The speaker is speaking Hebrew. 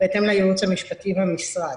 בהתאם לייעוץ המשפטי במשרד